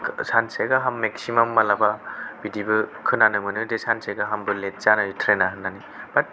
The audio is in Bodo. सानसे गाहाम मेक्सिमाम मालाबा बिदिबो खोनानो मोनो दि सानसे गाहामबो लेत जानाय ट्रेना होननानै बाट